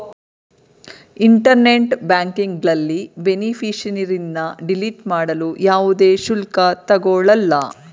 internet ಬ್ಯಾಂಕಿಂಗ್ನಲ್ಲಿ ಬೇನಿಫಿಷರಿನ್ನ delete ಮಾಡಲು ಯಾವುದೇ ಶುಲ್ಕ ತಗೊಳಲ್ಲ